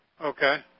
Okay